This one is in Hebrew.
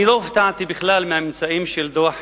אני לא הופתעתי בכלל מהממצאים של דוח